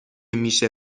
میشه